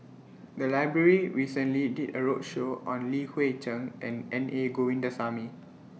The Library recently did A roadshow on Li Hui Cheng and N A Govindasamy